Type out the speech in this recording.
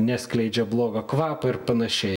neskleidžia blogo kvapo ir panašiai